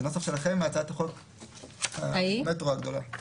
זה נוסח שלכם בהצעת חוק המטרו הגדולה.